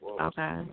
Okay